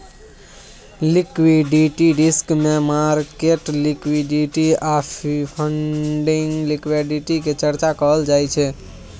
liquidity risk मे market liquidity आ funding liquidity के चर्चा कएल जाइ छै